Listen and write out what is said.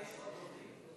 יש עוד דוברים?